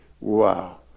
Wow